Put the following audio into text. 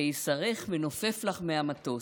קיסרך מנופף לך מהמטוס.